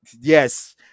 yes